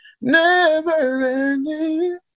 never-ending